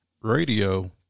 Radio